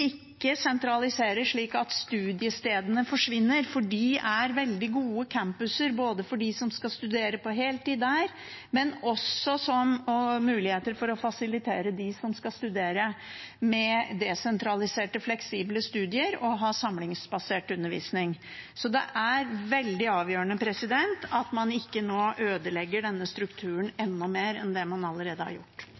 ikke sentraliserer slik at studiestedene forsvinner, for de er veldig gode campuser for dem som skal studere på heltid, og gir mulighet for å fasilitere dem som skal studere med desentralisert fleksible studier og ha samlingsbasert undervisning. Så det er veldig avgjørende at man nå ikke ødelegger denne strukturen